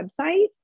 website